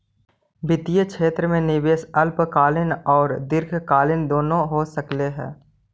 वित्तीय क्षेत्र में निवेश अल्पकालिक औउर दीर्घकालिक दुनो हो सकऽ हई